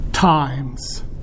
times